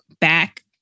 back